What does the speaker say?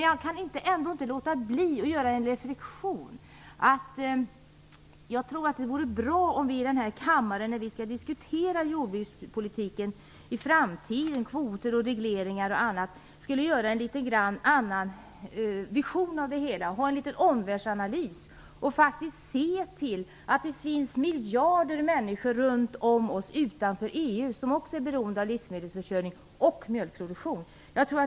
Jag kan inte låta bli att göra den reflexionen att det vore bra, om vi när vi i framtiden här i kammaren skall diskutera jordbrukspolitiken hade en litet annnorlunda vision. Vi borde göra en liten omvärldsanalys och inse att det utanför EU finns miljarder människor som är beroende av livsmedelsförjning, inklusive mjölkproduktion.